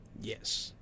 Yes